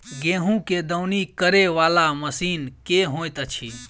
गेंहूँ केँ दौनी करै वला मशीन केँ होइत अछि?